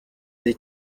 ali